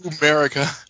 America